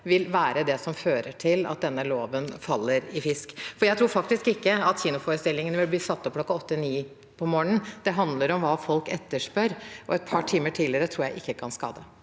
vil være det som fører til at denne loven faller i fisk. Jeg tror faktisk ikke at kinoforestillingene vil bli satt opp kl. 8–9 om morgenen. Det handler om hva folk etterspør, og et par timer tidligere tror jeg ikke kan skade.